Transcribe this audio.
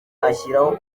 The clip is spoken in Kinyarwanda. ashyiraho